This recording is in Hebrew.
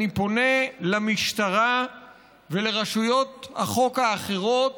אני פונה למשטרה ולרשויות החוק האחרות